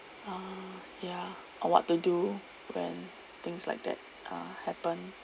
uh ya on what to do when things like that uh happen